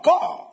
God